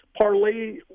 parlay